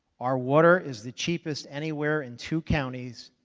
our water is the cheapest anywhere in two counties.